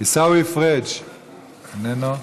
עיסאווי פריג' איננו.